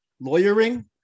lawyering